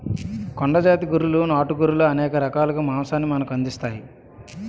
కొండ జాతి గొర్రెలు నాటు గొర్రెలు అనేక రకాలుగా మాంసాన్ని మనకు అందిస్తాయి